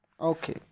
Okay